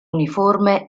uniforme